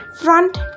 front